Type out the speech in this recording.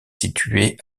située